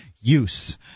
use